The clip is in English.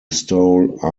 stole